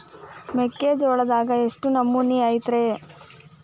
ಮೆಕ್ಕಿಜೋಳದಾಗ ಎಷ್ಟು ನಮೂನಿ ಐತ್ರೇ?